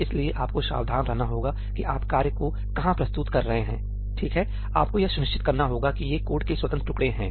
इसलिए आपको सावधान रहना होगा कि आप कार्य को कहां प्रस्तुत करते हैं ठीक है आपको यह सुनिश्चित करना होगा कि ये कोड के स्वतंत्र टुकड़े हैं